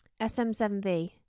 SM7V